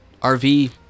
RV